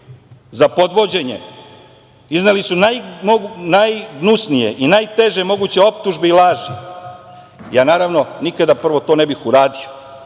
za podvođenje. Izneli su najgnusnije i najteže moguće optužbe i laži. Ja, naravno, nikada to ne bih uradio,